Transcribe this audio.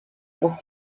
aus